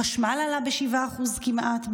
החשמל עלה ב-7% כמעט,